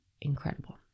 incredible